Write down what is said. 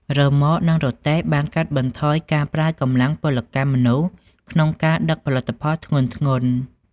រ៉ឺម៉កនិងរទេះបានកាត់បន្ថយការប្រើកម្លាំងពលកម្មមនុស្សក្នុងការដឹកផលិតផលធ្ងន់ៗ។